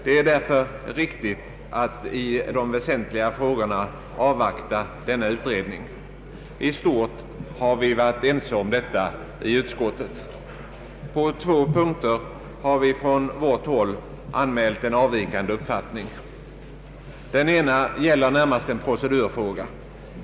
Det är därför riktigt att i de väsentliga frågorna avvakta denna utredning. I stort har vi varit ense om detta i utskottet. På två punkter har vi från vårt håll anmält en avvikande uppfattning. Den ena gäller närmast en procedurfråga.